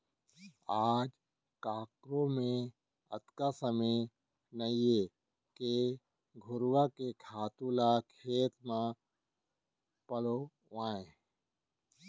आज काकरो मेर अतका समय नइये के घुरूवा के खातू ल खेत म पलोवय